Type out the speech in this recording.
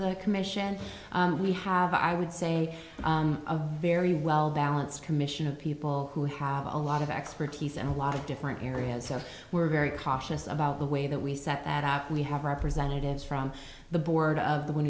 the commission we have i would say a very well balanced commission of people who have a lot of expertise and a lot of different areas so we're very cautious about the way that we set that up we have representatives from the board of the one